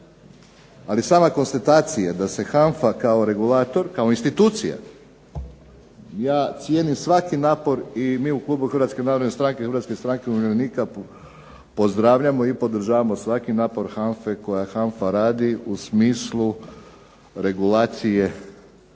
ali sama konstatacija da se HANFA kao regulator, kao institucija, ja cijenim svaki napor i mi u klubu Hrvatske narodne stranke i Hrvatske stranke umirovljenika pozdravljamo i podržavamo svaki napor HANFA-e koji HANFA radi u smislu regulacije,